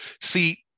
See